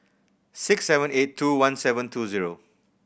six seven eight two one seven two zero